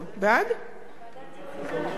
מרינה, ועדת שרים בעד.